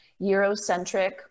Eurocentric